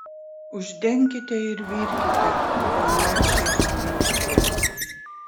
uždenkite ir virkite kol lęšiai suminkštės